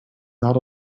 not